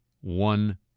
one